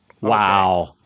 Wow